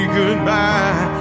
goodbye